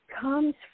comes